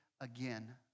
again